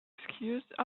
excuse